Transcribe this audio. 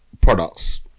products